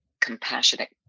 compassionate